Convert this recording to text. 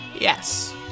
Yes